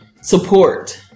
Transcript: support